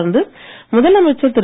தொடர்ந்து முதலமைச்சர் திரு